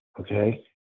okay